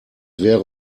wäre